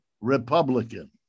Republican